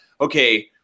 okay